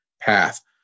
path